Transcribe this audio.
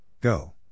Go